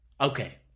Okay